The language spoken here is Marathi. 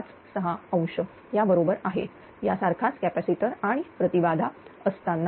56° या बरोबर आहे सारखाच कॅपॅसिटर आणि प्रति बाधा असताना